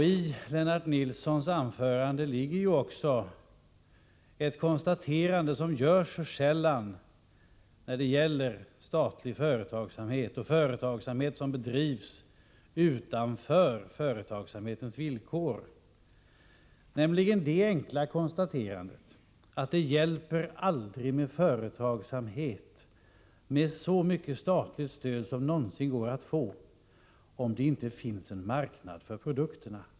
I Lennart Nilssons anförande fanns ett konsterande som görs alltför sällan när det gäller statlig företagsamhet och verksamhet som bedrivs utanför företagsamhetens villkor, nämligen det enkla konstaterandet att det aldrig hjälper med företagsamhet, med så mycket statligt stöd som det någonsin går att få, om det inte finns en marknad för produkterna.